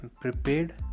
prepared